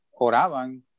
oraban